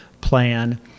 plan